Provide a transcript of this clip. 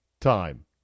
time